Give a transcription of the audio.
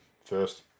First